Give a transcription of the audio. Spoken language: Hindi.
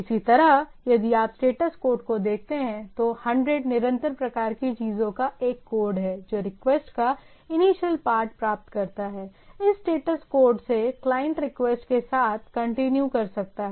इसी तरह यदि आप स्टेटस कोड को देखते हैं तो 100 निरंतर प्रकार की चीजों का एक कोड है जो रिक्वेस्ट का इनिशियल पार्ट प्राप्त करता है इस स्टेटस कोड से क्लाइंट रिक्वेस्ट के साथ कंटिन्यू कर सकता है